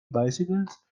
bicycles